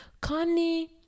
connie